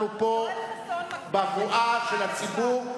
אנחנו פה בבואה של הציבור,